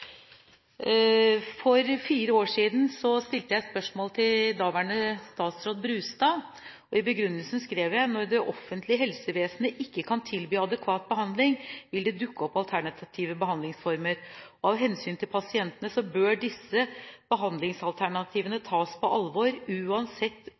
For fire år siden stilte jeg et spørsmål til daværende statsråd Brustad. I begrunnelsen skrev jeg: «Når det offentlige helsevesenet ikke kan tilby adekvat behandling, vil det dukke opp alternative behandlingsformer, og av hensyn til pasientene bør disse